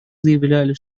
заявляли